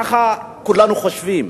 ככה כולנו חושבים.